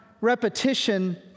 repetition